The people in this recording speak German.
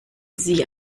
sie